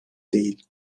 değil